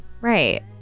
Right